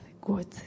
good